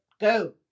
Go